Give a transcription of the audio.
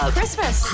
Christmas